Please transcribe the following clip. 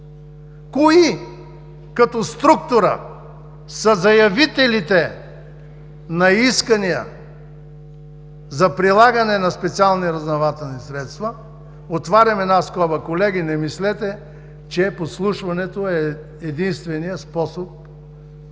кои като структура са заявителите на искания за прилагане на специални разузнавателни средства? Отварям една скоба, колеги, не мислете, че подслушването е единственият способ на специално